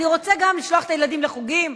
אני רוצה גם לשלוח את הילדים לחוגים,